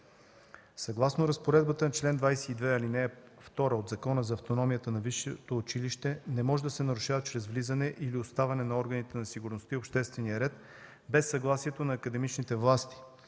Съгласно разпоредбата на чл. 22, ал. 2 от Закона за автономията на висшето училище не може да се нарушава чрез влизане или оставане на органите на сигурността и обществения ред без съгласието на академичните власти,